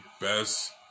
best